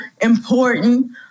important